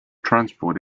transport